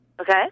okay